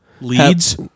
leads